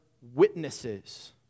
witnesses